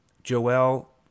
Joel